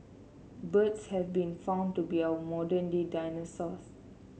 birds have been found to be our modern day dinosaurs